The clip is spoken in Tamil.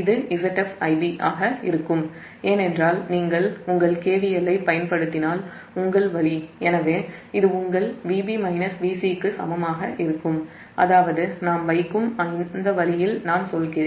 இது ZfIb ஆக இருக்கும் ஏனென்றால் நீங்கள் உங்கள் KVL ஐப் பயன்படுத்தினால் உங்கள் வழி எனவே இது உங்கள் Vb Vc க்கு சமமாக இருக்கும் அதாவது ZfIbVc Vb0 இந்த வழியில் நான் சொல்கிறேன்